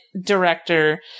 director